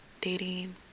dating